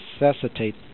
necessitate